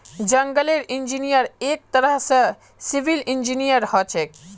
जंगलेर इंजीनियर एक तरह स सिविल इंजीनियर हछेक